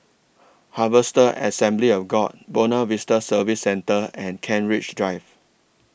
Harvester Assembly of God Buona Vista Service Centre and Kent Ridge Drive